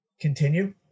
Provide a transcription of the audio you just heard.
continue